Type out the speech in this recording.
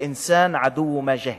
אלאנסאן עדוהו מא ג'הל,